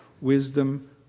wisdom